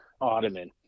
Ottoman